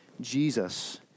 Jesus